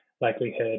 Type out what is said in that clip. likelihood